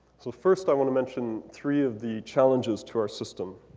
so first i want to mention three of the challenges to our system.